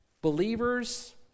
believers